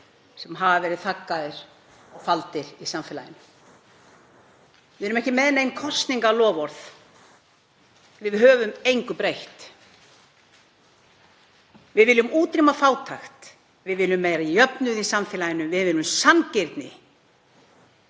sem hafa verið þaggaðir og faldir í samfélaginu. Við erum ekki með nein kosningaloforð, við höfum engu breytt, við viljum útrýma fátækt. Við viljum meiri jöfnuð í samfélaginu. Við viljum sanngirni.